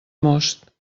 most